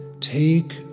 take